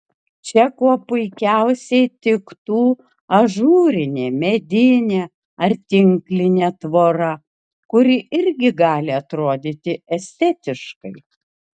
čia kuo puikiausiai tiktų ažūrinė medinė ar tinklinė tvora kuri irgi gali atrodyti estetiškai